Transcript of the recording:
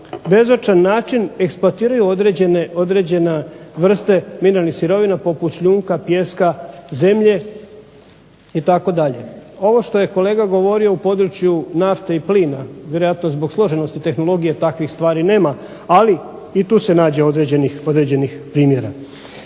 bezočan način eksploatiraju određene vrste mineralnih sirovina poput šljunka, pijeska, zemlje itd. Ovo što je kolega govorio u području nafte i plina, vjerojatno zbog složenosti tehnologije takvih stvari nema, ali i tu se nađe određenih primjera.